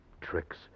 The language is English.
tricks